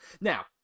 Now